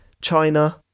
China